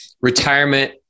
retirement